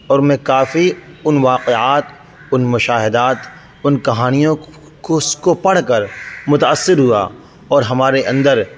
اور میں کافی ان واقعات ان مشاہدات ان کہانیوں کو پڑھ کر متأثر ہوا اور ہمارے اندر